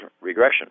regression